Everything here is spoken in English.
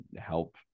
help